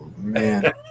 man